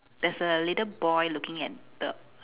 there's a little boy looking at the